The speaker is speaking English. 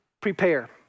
prepare